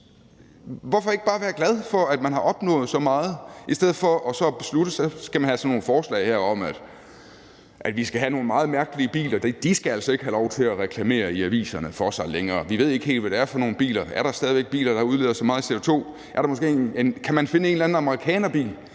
Hvorfor ikke bare være glad for, at man har opnået så meget, i stedet for at beslutte, at man skal have sådan nogle forslag om, at vi skal have nogle meget mærkelige biler, som altså ikke længere skal have lov til at reklamere i aviserne for sig? Vi ved ikke helt, hvad det er for nogle biler. Er der stadig væk biler, der udleder så meget CO2? Kan man stadig væk finde en eller anden amerikanerbil,